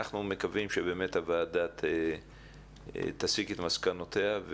אנחנו מקווים שבאמת הוועדה תסיק את מסקנותיה,